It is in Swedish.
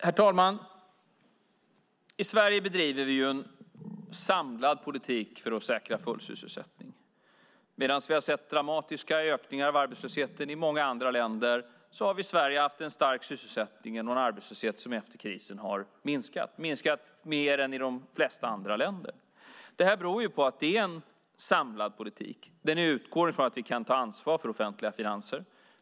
Herr talman! I Sverige bedriver vi en samlad politik för att säkra full sysselsättning. Medan vi har sett dramatiska ökningar av arbetslösheten i många andra länder har vi i Sverige haft en stark sysselsättning och en arbetslöshet som har minskat efter krisen, och minskat mer än i de flesta andra länder. Det beror på att det är en samlad politik, som utgår från att vi kan ta ansvar för offentliga finanser.